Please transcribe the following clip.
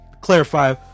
clarify